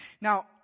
now